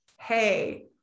hey